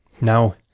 Now